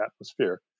atmosphere